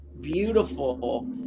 beautiful